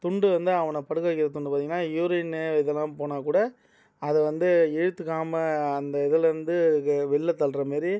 துண்டு வந்து அவனை படுக்க வைக்கிற துண்டு பார்த்தீங்கன்னா யூரின் இதெல்லாம் போனால் கூட அதை வந்து இழுத்துக்காமல் அந்த இதிலேருந்து வெ வெளில தள்ளுற மாரி